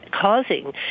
causing